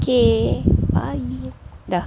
okay bye dah